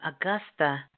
Augusta